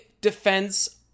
defense